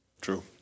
True